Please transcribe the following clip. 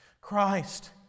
Christ